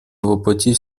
воплотить